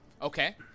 Okay